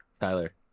tyler